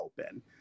open